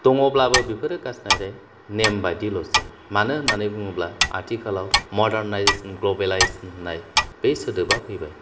दङब्लाबो बेफोरो गारसोनानै नेम बायदिल'सै मानो होननानै बुङोब्ला आथिखालाव मर्डानायजेशन ग्ल'बेलायजेशन होननाय बै सोदोबा फैबाय